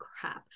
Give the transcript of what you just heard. crap